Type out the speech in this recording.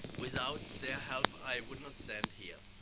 without their help i would not stand here.